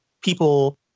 people